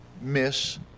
miss